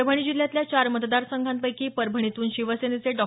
परभणी जिल्ह्यातल्या चार मतदार संघापैकी परभणीतून शिवसेनेचे डॉ